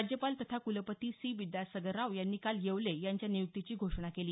राज्यपाल तथा कुलपती सी विद्यासागर राव यांनी काल येवले यांच्या नियुक्तीची घोषणा केली